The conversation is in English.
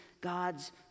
God's